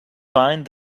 find